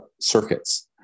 circuits